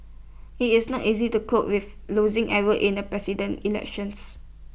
IT is not easy to cope with losing in A president elections